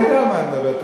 אני יודע על מה את מדברת,